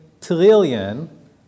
trillion